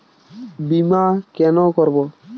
বিমা কেন করব?